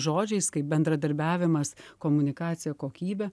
žodžiais kaip bendradarbiavimas komunikacija kokybė